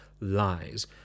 lies